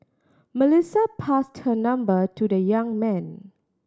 Melissa passed her number to the young man